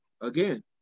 again